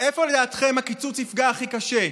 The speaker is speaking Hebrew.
איפה לדעתכם הקיצוץ יפגע הכי קשה,